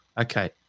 okay